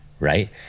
Right